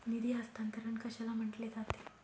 निधी हस्तांतरण कशाला म्हटले जाते?